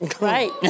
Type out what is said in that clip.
Right